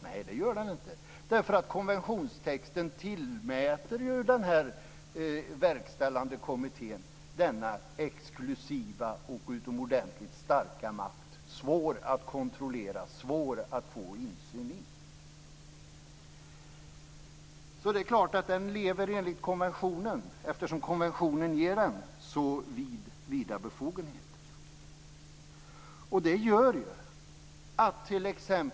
Nej, det gör den inte därför att konventionen tillmäter den verkställande kommittén denna exklusiva och utomordentligt starka makt, svår att kontrollera, svår att få insyn i. Det är klart att den lever enligt konventionen eftersom konventionen ger den så vida befogenheter.